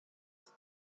ist